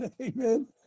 Amen